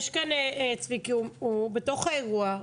יש כאן צביקי, הוא בתוך האירוע.